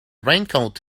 raincoat